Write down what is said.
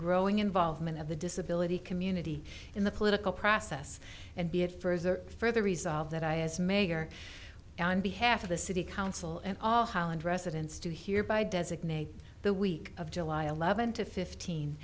growing involvement of the disability community in the political process and be it further further resolve that i as mayor on behalf of the city council and all highland residents do here by designate the week of july eleventh to